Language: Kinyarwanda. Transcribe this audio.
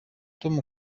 tom